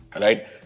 right